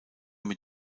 mit